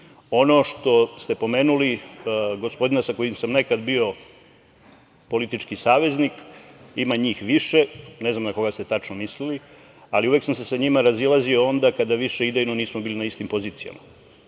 što ste pomenuli gospodina sa kojim sa nekad bio politički saveznik, ima njih više, ne znam na koga ste tačno mislili, ali uvek sam se sa njima razilazio onda kada više idejno nismo bili na istim pozicijama,